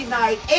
night